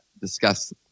discuss